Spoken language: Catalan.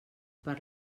per